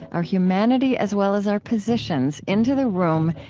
our humanity as well as our positions, into the room,